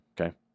Okay